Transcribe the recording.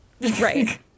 Right